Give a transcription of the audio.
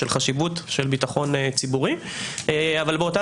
של חשיבות של ביטחון ציבורי אבל באותה